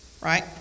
right